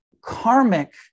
karmic